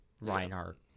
Reinhardt